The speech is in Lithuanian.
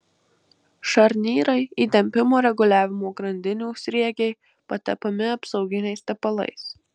šarnyrai įtempimo reguliavimo grandinių sriegiai patepami apsauginiais tepalais